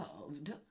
loved